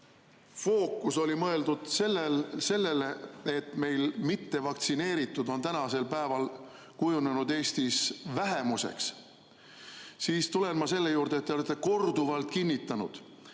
fookus oli mõeldud sellele, et meil on mittevaktsineeritud tänasel päeval kujunenud Eestis vähemuseks, siis tulen ma selle juurde, et te olete korduvalt kinnitanud,